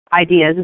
ideas